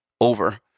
over